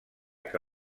que